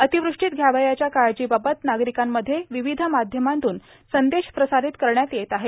अतिवृष्टीत घ्यावयाच्या काळजीबाबत नागरिकांमध्ये विविध माध्यमांतून संदेश प्रसारित करण्यात येत आहेत